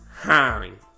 hiring